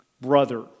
Brother